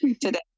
today